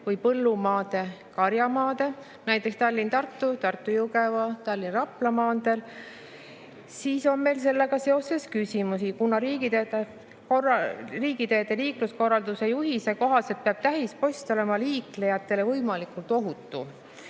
põllumaade või karjamaade, näiteks Tallinna–Tartu, Tartu–Jõgeva ja Tallinna–Rapla maanteel. Meil on sellega seoses küsimusi, kuna riigiteede liikluskorralduse juhendi kohaselt peab tähispost olema liiklejatele võimalikult ohutu.